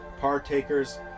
partakers